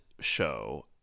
show